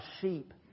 sheep